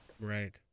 right